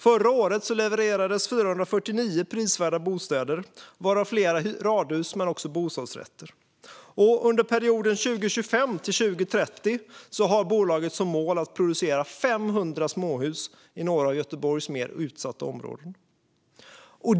Förra året levererades 449 prisvärda bostäder, varav flera radhus men också bostadsrätter. Under perioden 2025-2030 har bolaget som mål att producera 500 småhus i några av Göteborgs mer utsatta områden.